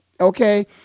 okay